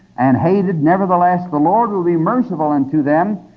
and hated nevertheless, the lord will be merciful unto them,